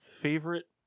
favorite